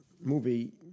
movie